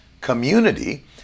community